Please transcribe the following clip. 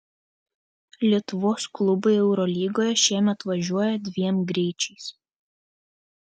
lietuvos klubai eurolygoje šiemet važiuoja dviem greičiais